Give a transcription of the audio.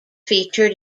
featured